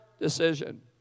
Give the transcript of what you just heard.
decision